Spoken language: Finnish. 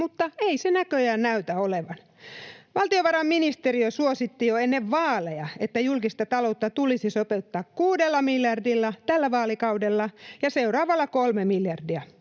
Mutta ei se näköjään näytä olevan. Valtiovarainministeriö suositti jo ennen vaaleja, että julkista taloutta tulisi sopeuttaa kuudella miljardilla tällä vaalikaudella ja kolmella miljardilla